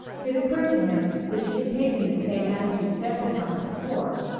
it occurred to him that she had taken this same attitude several times before.